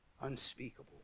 unspeakable